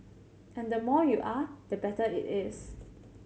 and the more you are the better it is